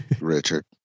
Richard